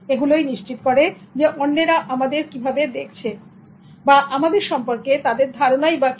এগুলোই নিশ্চিত করে অন্যেরা আমাদের কিভাবে দেখছে আমাদের সম্পর্কে তাদের ধারণাই বা কি